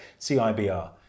CIBR